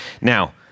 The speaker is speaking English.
Now